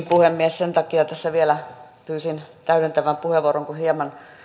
puhemies sen takia tässä vielä pyysin täydentävän puheenvuoron kun hieman